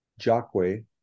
jockway